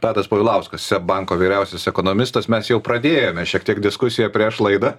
tadas povilauskas seb banko vyriausias ekonomistas mes jau pradėjome šiek tiek diskusiją prieš laidą